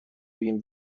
این